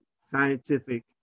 scientific